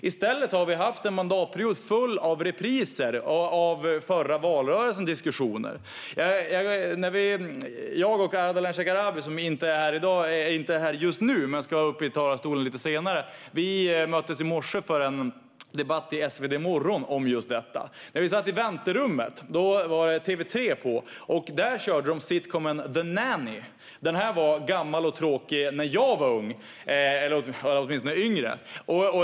I stället har vi haft en mandatperiod full av repriser av förra valrörelsens diskussioner. Jag och Ardalan Shekarabi, som inte här just nu men som ska upp i talarstolen lite senare, möttes i morse för en debatt om detta i Svd:s E konomistudion . När vi satt i väntrummet stod TV3 på, och där kördes sitcomen The Nanny . Den var gammal och tråkig när jag var ung, eller åtminstone yngre.